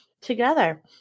Together